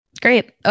great